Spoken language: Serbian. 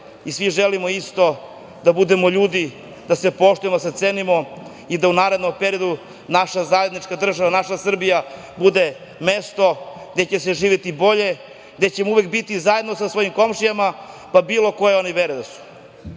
i svi želimo isto, da budemo ljudi, da se poštujemo, da se cenimo i da u narednom periodu naša zajednička država, naša Srbija bude mesto gde će se živeti bolje, gde ćemo uvek biti zajedno sa svojim komšijama, pa bilo koje oni vere da su. Ovo